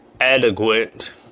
Adequate